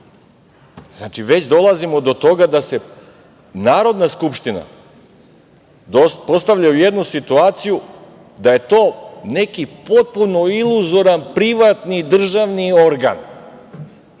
već dolazimo do toga da se Narodna skupština postavlja u jednu situaciju da je to neki potpuno iluzoran privatni državni organ.